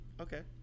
okay